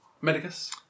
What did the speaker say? Medicus